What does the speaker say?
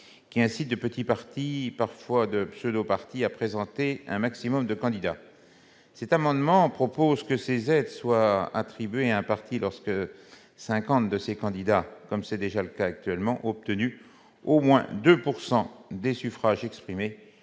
ils incitent des petits partis, parfois des pseudo-partis, à présenter un maximum de candidats. Par cet amendement, nous proposons que ces aides soient attribuées à un parti lorsque cinquante de ses candidats, comme c'est déjà le cas, ont obtenu au moins 2 % des suffrages exprimés,